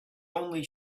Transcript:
only